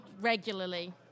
regularly